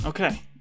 Okay